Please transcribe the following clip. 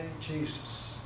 Jesus